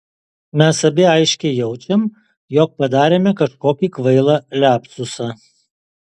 mes abi aiškiai jaučiam jog padarėme kažkokį kvailą liapsusą